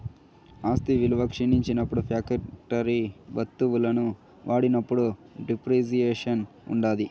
ఆస్తి విలువ క్షీణించినప్పుడు ఫ్యాక్టరీ వత్తువులను వాడినప్పుడు డిప్రిసియేషన్ ఉంటాది